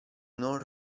non